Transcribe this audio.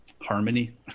harmony